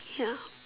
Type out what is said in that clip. ya